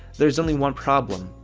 there is only one problem.